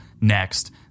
next